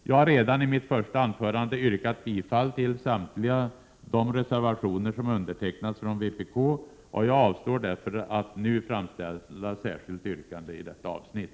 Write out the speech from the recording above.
Jag har redan i mitt första anförande yrkat bifall till samtliga de reservationer som undertecknats av vpk. Jag avstår därför nu från att särskilt yrka bifall till vpk:s reservationer i detta avsnitt.